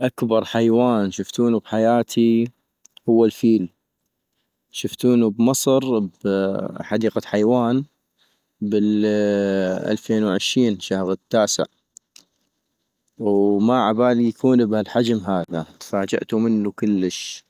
أكبر حيوان شفتونو بحياتي هو الفيل - شفتونو لمصر بحديقة حيوان ، بالالفين وعشين ، شهغ التاسع - وما عبالي يكون بهالحجم هذا تفاجئتو بينو كلش